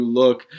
look